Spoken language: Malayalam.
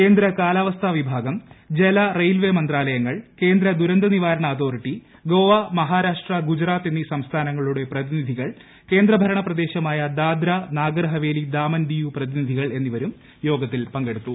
കേന്ദ്ര കാലാവസ്ഥാ വിഭാഗം ജല റെയിൽവേ മന്ത്രാലയങ്ങൾ കേന്ദ്ര ദുരന്ത നിവാരണ അതോറിറ്റി ഗോവ മഹാരാഷ്ട്ര ഗുജറാത്ത് എന്നീ സംസ്ഥാനങ്ങളുടെ പ്രതിനിധികൾ ക്ലേന്ദ്ര ഭരണ പ്രദേശമായ ദാദ്രാ നഗർ ഹവേലി ദാമൻ ദിയു പ്രതിനിധികൾ എന്നിവരും യോഗത്തിൽ പങ്കെടുത്തു